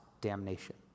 damnation